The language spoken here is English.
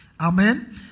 Amen